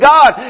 God